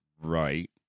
Right